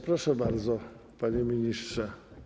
Proszę bardzo, panie ministrze.